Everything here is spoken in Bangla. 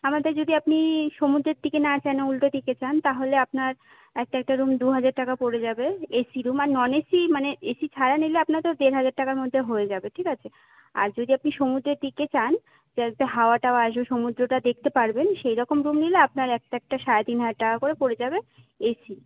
আমাদের যদি আপনি সমুদ্রের দিকে না চান উল্টো দিকে চান তাহলে আপনার এক একটা রুম দু হাজার টাকা পড়ে যাবে এসি রুম আর নন এসি মানে এসি ছাড়া নিলে আপনার ওই দেড় হাজার টাকার মধ্যে হয়ে যাবে ঠিক আছে আর যদি আপনি সমুদ্রের দিকে চান যাতে হাওয়াটাও আসবে সমুদ্রও দেখতে পারবেন সেরকম রুম নিলে আপনার একটা একটা সাড়ে তিন হাজার করে পরে যাবে এসি